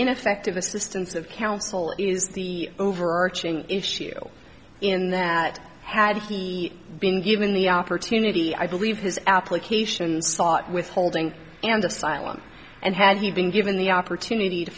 ineffective assistance of counsel is the overarching issue in that had he been given the opportunity i believe his application sought withholding and asylum and had he been given the opportunity to